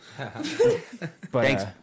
Thanks